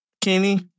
Kenny